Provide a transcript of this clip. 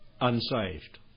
unsaved